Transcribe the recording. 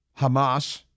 Hamas